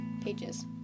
pages